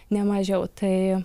ne mažiau tai